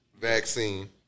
vaccine